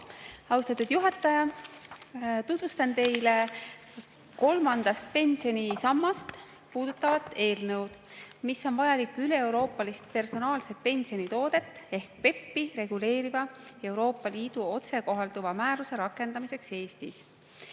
Austatud juhataja! Tutvustan teile kolmandat pensionisammast puudutavat eelnõu, mis on vajalik, rakendamaks üleeuroopalist personaalset pensionitoodet ehk PEPP-i reguleerivat Euroopa Liidu otsekohalduvat määrust Eestis.